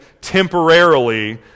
temporarily